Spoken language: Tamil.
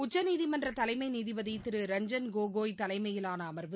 உச்சநீதிமன்ற தலைமை நீதிபதி திரு ரஞ்சன் கோகோய் தலைமையிலான அமர்வு